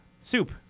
Soup